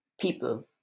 people